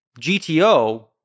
GTO